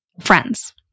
friends